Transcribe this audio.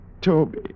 Toby